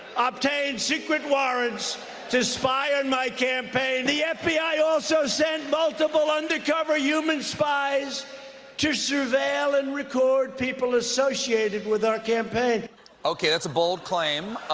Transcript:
obtained secret warrants to spy on my campaign. the f b i. also sent multiple undercover human spies to surveil and record people associated with our campaign. stephen okay, that's a bold claim.